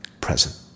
present